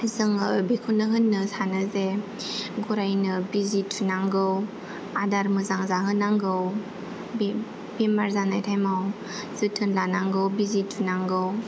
जोङो बेखौनो होननो सानो जे गरायनो बिजि थुनांगौ आदार मोजां जाहोनांगौ बे बेमार जानाय थाएम आव जोथोन लानांगौ बिजि थुनांगौ